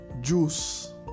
Juice